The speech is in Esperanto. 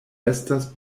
estas